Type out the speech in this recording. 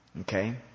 Okay